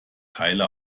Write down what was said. teile